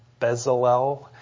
Bezalel